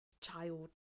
child